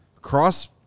Cross